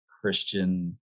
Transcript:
Christian